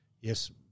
yes